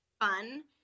fun